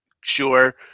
sure